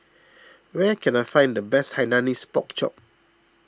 where can I find the best Hainanese Pork Chop